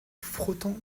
frottant